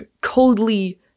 coldly